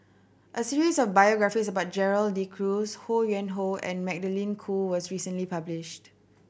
a series of biographies about Gerald De Cruz Ho Yuen Hoe and Magdalene Khoo was recently published